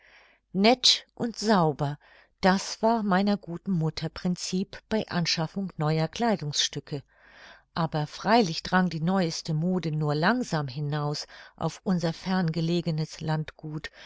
nett und sauber das war meiner guten mutter princip bei anschaffung neuer kleidungsstücke aber freilich drang die neueste mode nur langsam hinaus auf unser fern gelegenes landgut